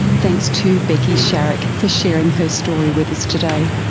thanks to becky sharrock for sharing her story with us today.